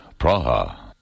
Praha